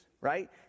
right